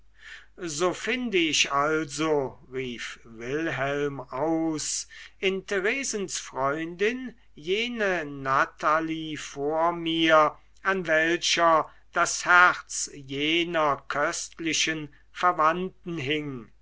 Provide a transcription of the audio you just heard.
so finde ich also rief wilhelm aus in theresens freundin jene natalie vor mir an welcher das herz jener köstlichen verwandten hing